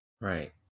Right